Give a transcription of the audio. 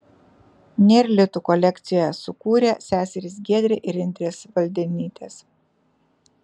nėr litų kolekciją sukūrė seserys giedrė ir indrė svaldenytės